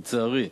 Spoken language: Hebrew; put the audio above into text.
לצערי.